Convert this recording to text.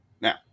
Now